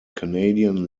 canadian